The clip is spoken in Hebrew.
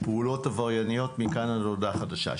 פעולות עברייניות מכאן עד להודעה חדשה.